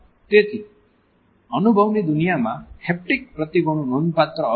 તેથી અનુભવની દુનિયામાં હેપ્ટિક પ્રતીકોનો નોંધપાત્ર અર્થ છે